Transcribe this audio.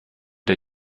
der